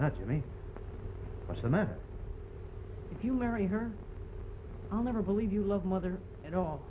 that's me what's the matter if you marry her i'll never believe you love mother at all